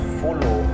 follow